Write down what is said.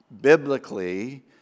biblically